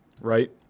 Right